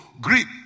grip